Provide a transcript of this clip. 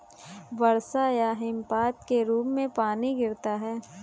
वर्षा या हिमपात के रूप में पानी गिरता है